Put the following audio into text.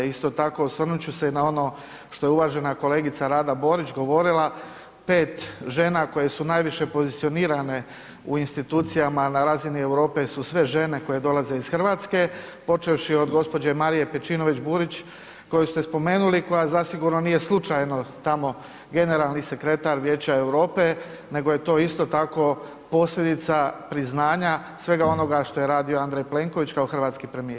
Isto tako osvrnut ću se i na ono što je uvažena kolegica Rada Borić govorila, pet žena koje su najviše pozicionirane u institucijama na razini Europe su sve žene koje dolaze iz Hrvatske počevši od gospođe Marije Pejčinović Burić koju ste spomenuli, koja zasigurno nije slučajno tamo generalni sekretar Vijeća Europe nego je to isto tako posljedica priznanja svega onoga što je radio Andrej Plenković kao hrvatski premijer.